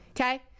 Okay